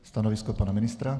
Stanovisko pana ministra?